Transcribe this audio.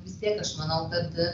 vis tiek aš manau kad